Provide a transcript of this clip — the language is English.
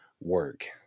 work